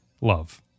love